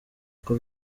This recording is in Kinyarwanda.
uko